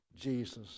Jesus